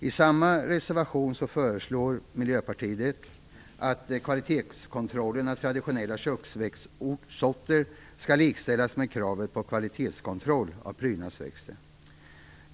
I samma reservation föreslår Miljöpartiet att kvalitetskontrollen av traditionella köksväxtsorter skall likställas med kravet på kvalitetskontroll av prydnadsväxter.